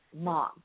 Mom